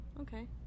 Okay